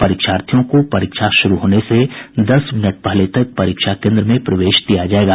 परीक्षार्थियों को परीक्षा शुरू होने से दस मिनट पहले तक परीक्षा केन्द्र में प्रवेश दिया जायेगा